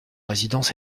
résidence